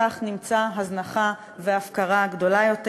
כך נמצא הזנחה והפקרה גדולות יותר.